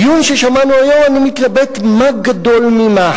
בדיון ששמענו היום אני מתלבט מה גדול ממה,